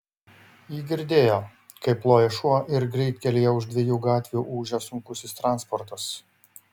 ji girdėjo kaip loja šuo ir greitkelyje už dviejų gatvių ūžia sunkusis transportas